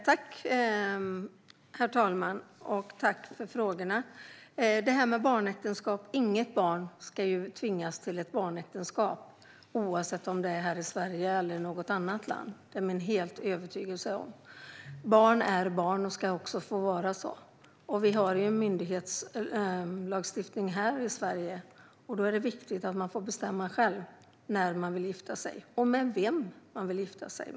Herr talman! Tack för frågorna! Låt mig börja med frågan om barnäktenskap. Inget barn ska tvingas till äktenskap, oavsett om det sker i Sverige eller något annat land. Det är min starka övertygelse. Barn är barn och ska få vara det. Vi har en myndighetslagstiftning här i Sverige. Det är viktigt att man får bestämma själv när och med vem man vill gifta sig.